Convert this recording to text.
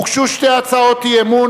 הוגשו שתי הצעות אי-אמון,